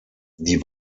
die